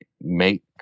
make